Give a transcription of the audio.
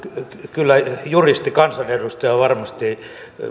kyllä juristikansanedustaja varmasti